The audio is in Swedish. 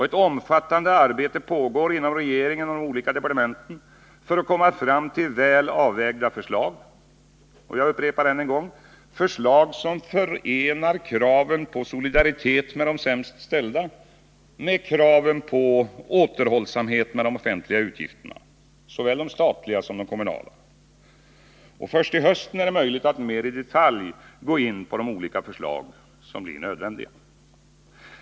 Ett omfattande arbete pågår inom regeringen och de olika departementen för att komma fram till väl avvägda förslag, som — jag upprepar det än en gång — förenar kraven på solidaritet med de sämst ställda med kraven på återhållsamhet med de offentliga utgifterna, såväl de statliga som de kommunala. Först till hösten är det möjligt att mer i detalj gå in på de olika förslag som det blir nödvändigt att genomföra.